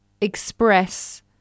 express